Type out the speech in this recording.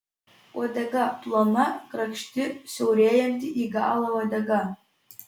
uodega plona grakšti siaurėjanti į galą uodega